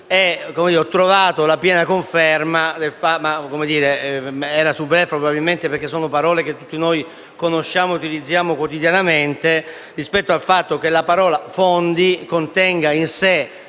Ho trovato la piena conferma (che era superflua, probabilmente, perché sono termini che tutti noi conosciamo e utilizziamo quotidianamente) rispetto al fatto che la parola «fondi» contenga in sé